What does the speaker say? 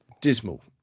Dismal